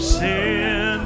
sin